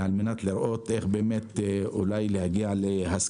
וזאת על מנת לראות איך אולי נוכל להגיע להסכמות